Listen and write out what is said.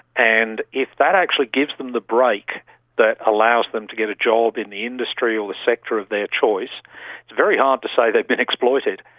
and if that actually gives them the break that allows them to get a job in the industry or the sector of their choice, it's very hard to say they've been exploited.